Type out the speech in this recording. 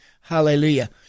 Hallelujah